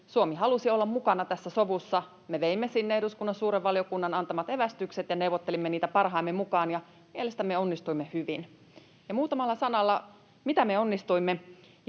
Suomi halusi olla mukana tässä sovussa. Me veimme sinne eduskunnan suuren valiokunnan antamat evästykset ja neuvottelimme niitä parhaamme mukaan ja mielestämme onnistuimme hyvin. Muutamalla sanalla, miten me onnistuimme: